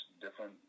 different